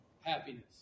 happiness